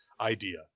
idea